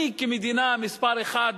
אני, כמדינה מספר אחת,